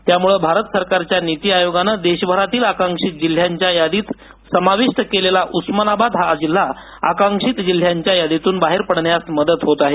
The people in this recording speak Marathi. त्यामुळे भारत सरकारच्या निती आयोगाने देशभरातील आकांक्षित जिल्ह्यांच्या यादीत समाविष्ट केलेला उस्मानाबाद हा जिल्हा आकांक्षीत जिल्ह्याच्या यादीतून बाहेर पडण्यास मदत होत आहे